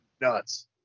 nuts